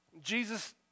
Jesus